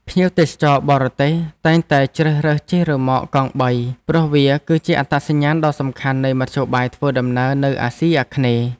ភ្ញៀវទេសចរបរទេសតែងតែជ្រើសរើសជិះរ៉ឺម៉កកង់បីព្រោះវាគឺជាអត្តសញ្ញាណដ៏សំខាន់នៃមធ្យោបាយធ្វើដំណើរនៅអាស៊ីអាគ្នេយ៍។